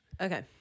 okay